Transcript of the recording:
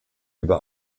über